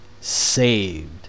saved